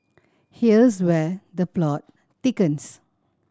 here's where the plot thickens